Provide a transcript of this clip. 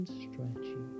stretchy